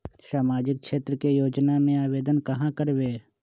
सामाजिक क्षेत्र के योजना में आवेदन कहाँ करवे?